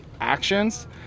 actions